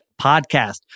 podcast